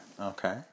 okay